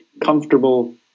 comfortable